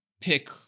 pick